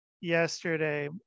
yesterday